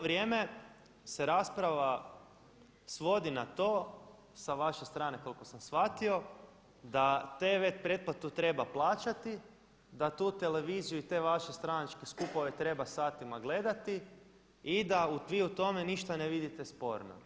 vrijeme se rasprava svodi na to sa vaše strane koliko sam shvatio da tv pretplatu treba plaćati, da tu televiziju i te vaše stranačke skupove treba satima gledati i da vi u tome ništa ne vidite sporno.